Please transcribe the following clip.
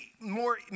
more